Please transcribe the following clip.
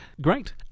Great